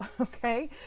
Okay